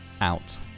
out